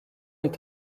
est